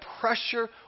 pressure